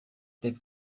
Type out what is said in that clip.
deve